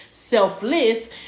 Selfless